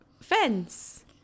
Fence